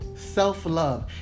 self-love